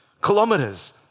kilometers